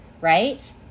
right